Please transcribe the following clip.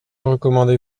recommandez